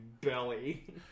belly